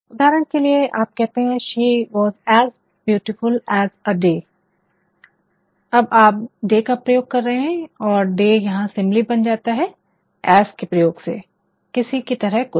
उदाहरण के लिए आप कहते है she was as beautiful as a day अब आप डे का प्रयोग कर रहे है और डे यहाँ सिमिली बन जाता है ऐज़ के प्रयोग से किसी की तरह कुछ